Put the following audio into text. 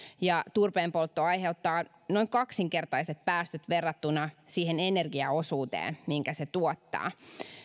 ja turpeenpoltto aiheuttaa noin kaksinkertaiset päästöt verrattuna siihen energiaosuuteen minkä se tuottaa